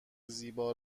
زیبا